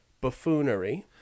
buffoonery